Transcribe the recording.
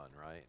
right